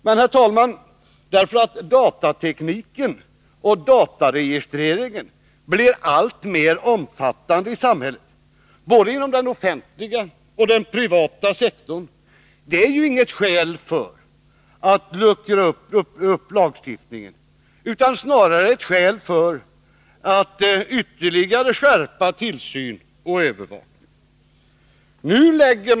Men, herr talman, att datatekniken och dataregistreringen blir alltmer omfattande i samhället — både inom den offentliga och den privata sektorn — är inget skäl för att luckra upp lagstiftningen utan snarare ett skäl för att ytterligare skärpa tillsynsoch övergångsbestämmelser.